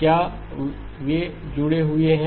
क्या वे जुड़े हुए हैं